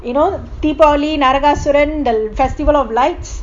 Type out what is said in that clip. you know deepavali நரகாசுவரன்:naragasuvaran the festival of lights